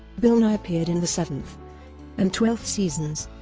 bill nye appeared in the seventh and twelfth seasons.